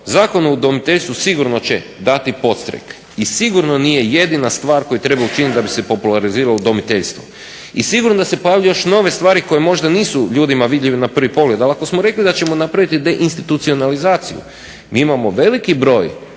Zakon o udomiteljstvu sigurno će dati podstrek i sigurno nije jedina stvar koju treba učiniti da bi se populariziralo udomiteljstvo i sigurno da se pojavljuju još mnoge stvari koje možda nisu ljudima vidljive na prvi pogled. Ali ako smo rekli da ćemo napraviti deinstitucionalizaciju, mi imamo veliki broj